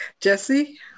Jesse